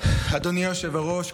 אדוני היושב-ראש,